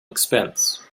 expense